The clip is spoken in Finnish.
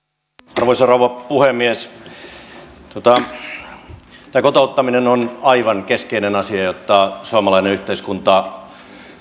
arvoisa rouva puhemies tämä kotouttaminen on aivan keskeinen asia jotta suomalainen yhteiskunta